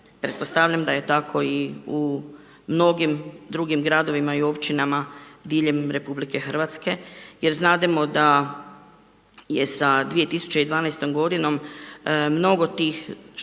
Pretpostavljam da je tako i u mnogim drugim gradovima i u općinama diljem RH. Jer znademo da je sa 2012. godinom mnogo tih, ja